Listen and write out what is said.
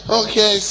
okay